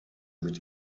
mit